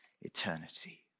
eternity